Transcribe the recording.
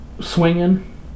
swinging